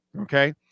okay